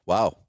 Wow